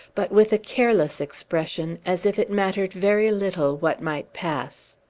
but with a careless expression, as if it mattered very little what might pass.